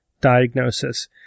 diagnosis